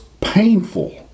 painful